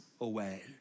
away